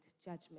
judgment